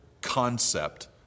concept